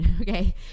okay